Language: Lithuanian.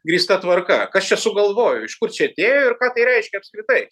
grįsta tvarka kas čia sugalvojo iš kur čia atėjo ir ką tai reiškia apskritai